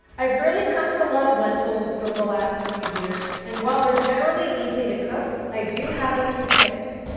i've really come to love lentils over the last few years. and while they're generally easy to cook, i do have a few tips.